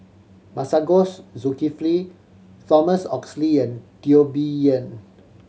Masagos Zulkifli Thomas Oxley and Teo Bee Yen